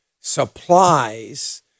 supplies